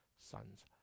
sons